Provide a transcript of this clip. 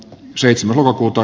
g seitsemän lopulta